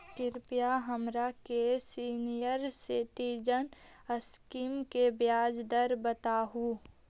कृपा हमरा के सीनियर सिटीजन स्कीम के ब्याज दर बतावहुं